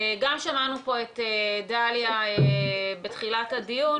גם שמענו פה את דליה בתחילת הדיון,